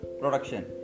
production